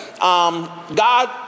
God